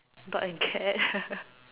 dog and cat